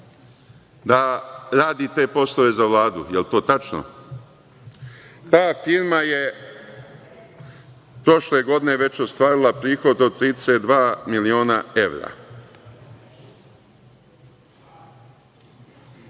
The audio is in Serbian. da radi te poslove za Vladu? Da li je to tačno? Ta firma je prošle godine već ostvarila prihod od 32 miliona evra.